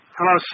Hello